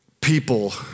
People